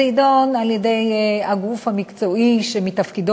זה יידון על-ידי הגוף המקצועי שמתפקידו